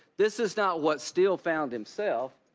this is not what steele found himself,